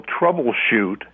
troubleshoot